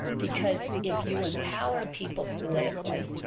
because if you empower people politically,